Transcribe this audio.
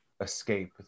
escape